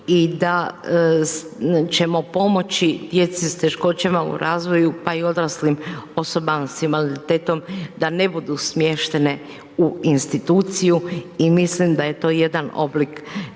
i da ćemo pomoći djeci s teškoćama u razvoju, pa i odraslim osobama s invaliditetom, da ne budu smještene u instituciju i mislim da je to jedan oblik